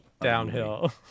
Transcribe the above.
Downhill